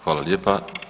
Hvala lijepa.